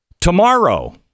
tomorrow